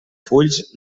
fulls